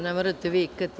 Ne morate vikati.